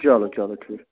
چلو چلو ٹھیٖک